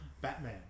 Batman